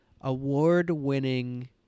award-winning